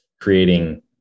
creating